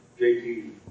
JT